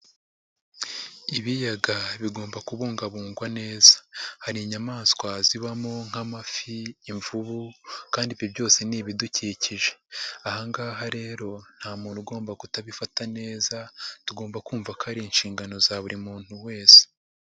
Ibiyaga bigomba kubungabungwa neza hari inyamaswa zibamo nk'amafi, imvubu kandi ibyo byose ni ibidukikije. Aha ngaha rero nta muntu ugomba kutabifata neza tugomba kumva ko ari inshingano za buri muntu wese.